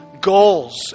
goals